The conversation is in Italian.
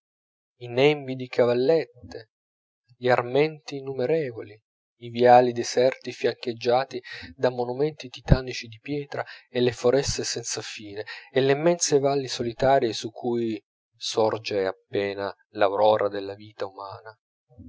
i nembi di cavallette gli armenti innumerevoli i viali deserti fiancheggiati da monumenti titanici di pietra e le foreste senza fine e le immense valli solitarie su cui sorge appena l'aurora della vita umana